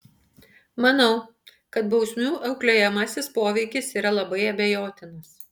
manau kad bausmių auklėjamasis poveikis yra labai abejotinas